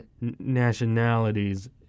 nationalities